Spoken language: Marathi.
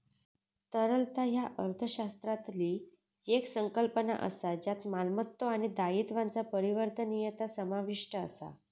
तरलता ह्या अर्थशास्त्रातली येक संकल्पना असा ज्यात मालमत्तो आणि दायित्वांचा परिवर्तनीयता समाविष्ट असा